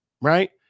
right